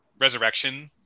Resurrection